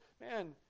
man